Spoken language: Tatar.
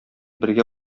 бергә